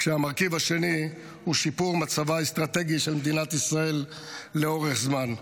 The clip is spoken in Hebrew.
והמרכיב השני הוא שיפור מצבה האסטרטגי של מדינת ישראל לאורך זמן.